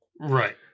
Right